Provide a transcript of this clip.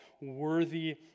worthy